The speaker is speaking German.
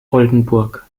oldenburg